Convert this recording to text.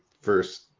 first